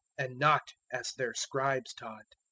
and not as their scribes taught.